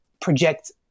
project